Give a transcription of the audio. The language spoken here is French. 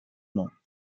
nom